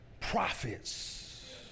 prophets